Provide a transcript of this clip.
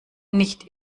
nicht